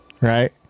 Right